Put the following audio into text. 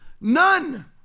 None